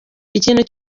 ikintu